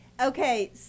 Okay